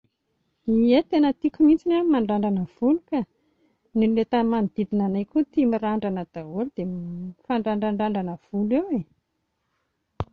Ie, tena tiako ny anà ny mandrandrana volo ka, ny olona eto amin'ny manodidina anay koa tia mirandrana daholo dia mifandrandrandrandrana volo eo e